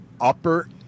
upper